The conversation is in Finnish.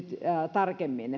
tarkemmin